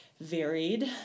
varied